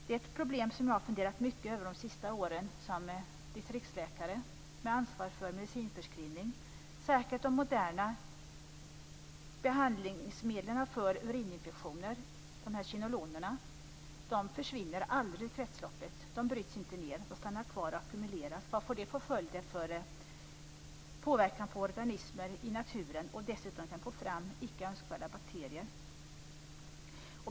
Det är ett problem jag har funderat mycket över de senaste åren som distriktsläkare med ansvar för medicinförskrivning. Särskilt moderna behandlingsmedel för urininfektioner, kinoloner, försvinner aldrig ur kretsloppet. De bryts inte ned, de stannar kvar och ackumuleras. Det får följder för påverkan på organismer i naturen. Dessutom kan vi få fram icke önskvärda bakterier.